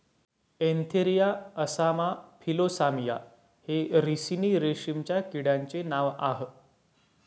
Antheraea असामा फिलोसामिया हे रिसिनी रेशीमच्या किड्यांचे नाव आह